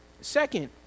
Second